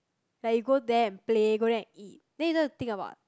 like you go there and play go there and eat then you don't have to think about